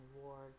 war